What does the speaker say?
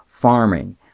farming